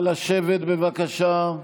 לשבת, בבקשה.